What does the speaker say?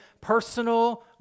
personal